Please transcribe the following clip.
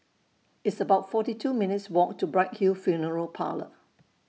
It's about forty two minutes' Walk to Bright Hill Funeral Parlour